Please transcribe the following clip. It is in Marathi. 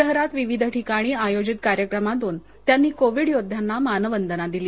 शहरात विविध ठिकाणी आयोजित कार्यक्रमांतून त्यांनी कोविड योद्ध्यांना मानवंदना दिली